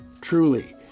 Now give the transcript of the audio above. Truly